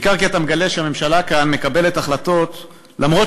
בעיקר כי אתה מגלה שהממשלה כאן מקבלת החלטות למרות